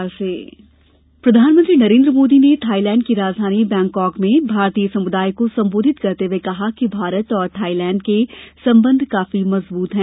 मोदी शिखर सम्मेलन प्रधानमंत्री नरेन्द्र मोदी ने थाइलैण्ड की राजधानी बैंकाक में भारतीय समुदाय को संबोधित करते हए कहा कि भारत और थाइलैण्ड के संबंध काफी मजबूत हैं